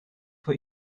what